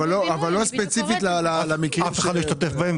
אבל לא ספציפית למקרים -- אף אחד לא השתתף בהם,